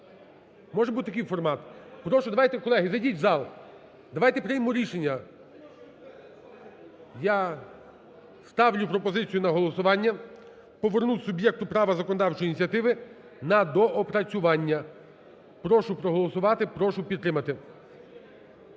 Може бути такий формат? Прошу, давайте, колеги, зайдіть у зал, давайте приймемо рішення. Я ставлю пропозицію на голосування: повернути суб'єкту права законодавчої ініціативи на доопрацювання. Прошу проголосувати, прошу підтримати.